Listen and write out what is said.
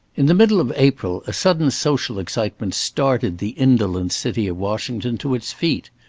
in the middle of april a sudden social excitement started the indolent city of washington to its feet.